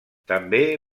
també